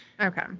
Okay